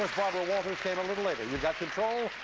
barbara walters came a little later. you've got control.